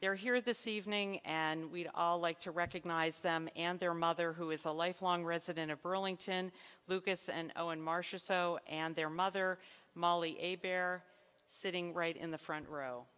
they're here this evening and we'd all like to recognize them and their mother who is a lifelong resident of burlington lucas and oh and marcia so and their mother molly a bear sitting right in the front row